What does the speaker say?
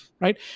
right